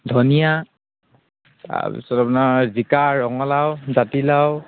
ধনিয়া তাৰপিছত আপোনাৰ জিকা ৰঙালাও জাতিলাও